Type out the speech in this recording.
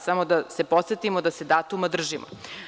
Samo da se podsetimo da se datuma držimo.